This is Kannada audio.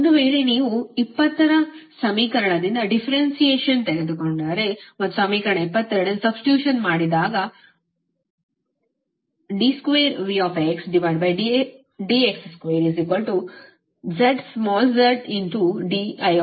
ಒಂದು ವೇಳೆ ನೀವು 20 ರ ಸಮೀಕರಣದ ಡಿಫ್ಫೆರೆಂಟಿಯೇಷನ್ ತೆಗೆದುಕೊಂಡರೆ ಮತ್ತು ಸಮೀಕರಣ 22 ರಿಂದ ಸಬ್ಸ್ಟಿಟ್ಯೂಟ್ ಮಾಡಿದಾಗ d2Vdx2z small z dIdxಪಡೆಯುತ್ತೇವೆ